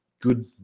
good